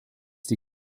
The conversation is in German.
die